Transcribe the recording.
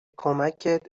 کمکت